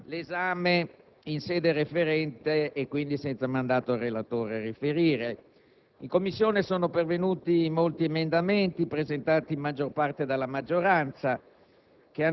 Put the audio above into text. l'esame in sede referente, quindi senza mandato al relatore a riferire. In Commissione sono pervenuti molti emendamenti, presentati per la maggior parte dalla maggioranza,